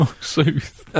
sooth